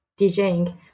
DJing